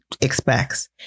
expects